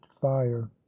fire